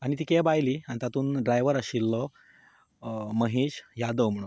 आनी ती कॅब आयली आनी तातूंत ड्रायवर आशिल्लो महेश यादव म्हणून